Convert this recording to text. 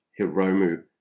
Hiromu